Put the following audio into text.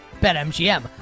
BetMGM